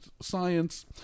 science